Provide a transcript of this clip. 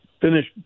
finish